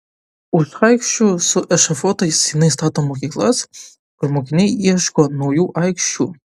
už aikščių su ešafotais jinai stato mokyklas kur mokiniai ieško naujų aikščių